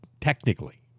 technically